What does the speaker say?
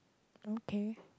okay